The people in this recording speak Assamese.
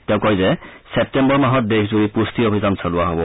তেওঁ কয় যে ছেপ্টেম্বৰ মাহত দেশজুৰি পুষ্টি অভিযান চলোৱা হ'ব